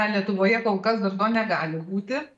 lietuvoje kol kas dar to negali būti